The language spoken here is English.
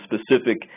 specific